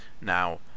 now